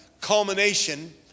culmination